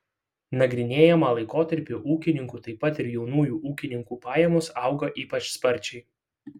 nagrinėjamą laikotarpį ūkininkų taip pat ir jaunųjų ūkininkų pajamos augo ypač sparčiai